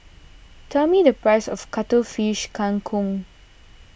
tell me the price of Cuttlefish Kang Kong